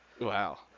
Wow